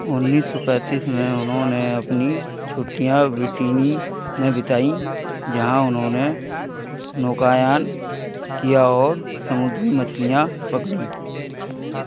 उन्नीस सौ पैँतीस में उन्होंने अपनी छुट्टियाँ ब्रिटेन में बिताईं जहाँ उन्होंने नौकायन किया और समुद्री मछलियाँ पकड़ीं